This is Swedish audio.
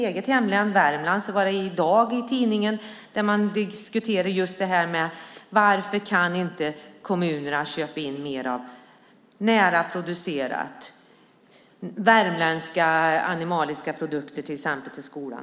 I mitt hemlän Värmland diskuterades det i tidningen i dag varför kommunerna inte kan köpa in mer närproducerat, till exempel värmländska animaliska produkter till skolan.